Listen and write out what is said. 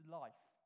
life